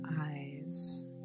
eyes